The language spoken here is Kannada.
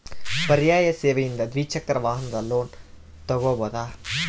ಪರ್ಯಾಯ ಸೇವೆಯಿಂದ ದ್ವಿಚಕ್ರ ವಾಹನದ ಲೋನ್ ತಗೋಬಹುದಾ?